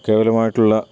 കേവലമായിട്ടുള്ള